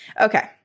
Okay